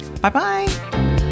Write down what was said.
Bye-bye